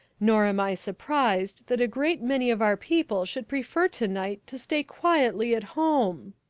nor am i surprised that a great many of our people should prefer to-night to stay quietly at home